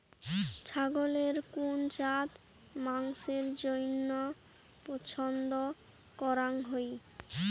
ছাগলের কুন জাত মাংসের জইন্য পছন্দ করাং হই?